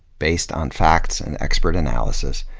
based on facts and expert analysis,